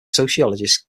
sociologist